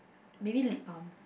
maybe lip balm